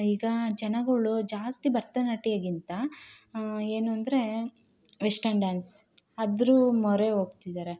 ಈಗ ಜನಗಳು ಜಾಸ್ತಿ ಭರತನಾಟ್ಯಕ್ಕಿಂತ ಏನು ಅಂದರೆ ವೆಸ್ಟನ್ ಡ್ಯಾನ್ಸ್ ಅದ್ರ ಮೊರೆ ಹೋಗ್ತಿದ್ದಾರೆ